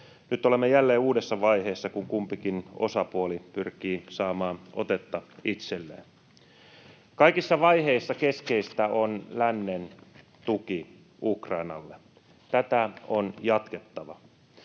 Nyt olemme jälleen uudessa vaiheessa, kun kumpikin osapuoli pyrkii saamaan otetta itselleen. Kaikissa vaiheissa keskeistä on lännen tuki Ukrainalle. Tätä on jatkettava.